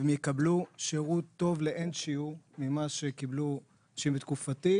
הם יקבלו שירות טוב לאין שיעור ממה שקיבלו אנשים בתקופתו,